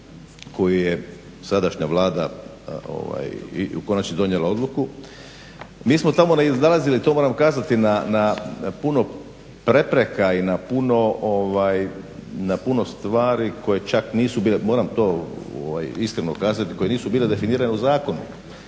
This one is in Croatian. koji je sadašnja Vlada konačno donijela odluku, mi smo tamo iznalazili na, to moram kazati, na puno prepreka i na puno stvari koje čak nisu bile, moram to iskreno kazati, koje nisu bile definirane u zakonu.